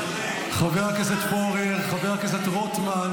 מלינובסקי, חבר הכנסת פורר וחבר הכנסת רוטמן,